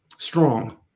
strong